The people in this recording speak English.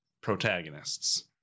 protagonists